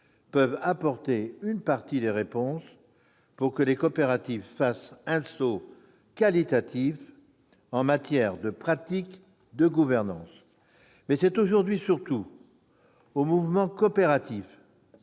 peuvent apporter une partie des réponses pour que les coopératives fassent un saut qualitatif en matière de pratiques de gouvernance, mais c'est aujourd'hui surtout au mouvement coopératif